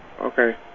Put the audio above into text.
Okay